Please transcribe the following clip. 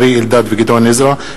אריה אלדד וגדעון עזרא.